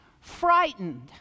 frightened